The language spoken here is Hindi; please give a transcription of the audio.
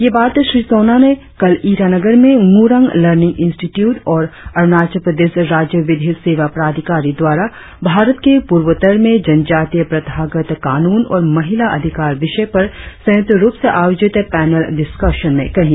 ये बात श्री सोना ने कल ईटानगर में ड्ररांग लर्निंग इंस्टीट्यूट और अरुणाचल प्रदेश राज्य विधि सेवा प्राधिकारी द्वारा भारत के पूर्वोत्तर में जनजातीय प्रथागत कानून और महिला अधिकार विषय पर संयुक्त रुप से आयोजित पैनल डिस्काशन में कही